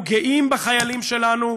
אנחנו גאים בחיילים שלנו,